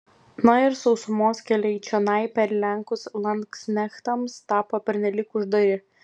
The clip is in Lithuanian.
na ir sausumos keliai čionai per lenkus landsknechtams tapo pernelyg uždari